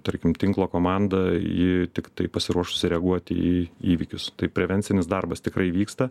tarkim tinklo komanda ji tiktai pasiruošusi reaguoti į įvykius tai prevencinis darbas tikrai vyksta